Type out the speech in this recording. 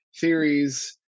theories